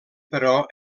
però